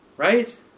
Right